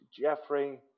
Jeffrey